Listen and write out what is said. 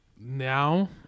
now